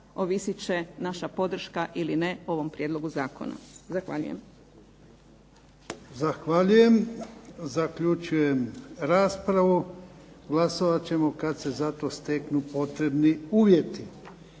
ovisit će naša podrška ili ne ovom prijedlogu zakona. Zahvaljujem. **Jarnjak, Ivan (HDZ)** Zahvaljujem. Zaključujem raspravu. Glasovat ćemo kad se za to steknu potrebni uvjeti.